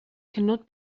cannot